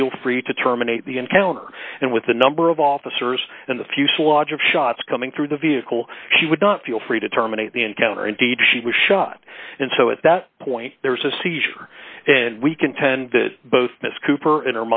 feel free to terminate the encounter and with the number of officers and the fuselage of shots coming through the vehicle she would not feel free to terminate the encounter indeed she was shot and so at that point there was a seizure and we contend that both ms cooper